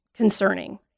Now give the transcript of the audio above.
concerning